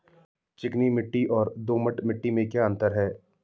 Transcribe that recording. चिकनी मिट्टी और दोमट मिट्टी में क्या अंतर है?